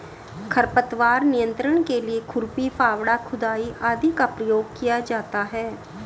खरपतवार नियंत्रण के लिए खुरपी, फावड़ा, खुदाई आदि का प्रयोग किया जाता है